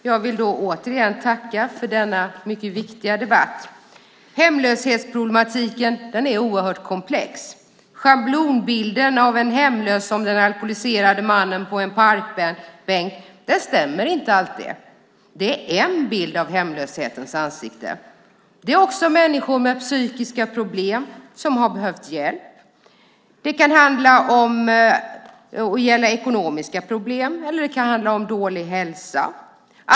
Herr talman! Jag vill återigen tacka för denna mycket viktiga debatt. Hemlöshetsproblematiken är oerhört komplex. Schablonbilden av en hemlös som den alkoholiserade mannen på en parkbänk stämmer inte alltid. Det är en bild av hemlöshetens ansikte. Det finns också människor med psykiska problem som behöver hjälp. Det kan gälla ekonomiska problem eller handla om dålig hälsa.